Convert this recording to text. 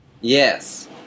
Yes